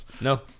no